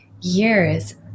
years